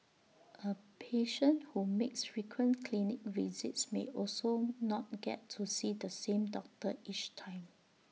A patient who makes frequent clinic visits may also not get to see the same doctor each time